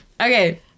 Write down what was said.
Okay